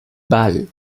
bâle